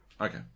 Okay